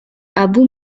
abou